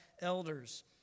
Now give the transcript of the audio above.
elders